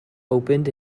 opened